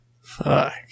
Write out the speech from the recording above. Fuck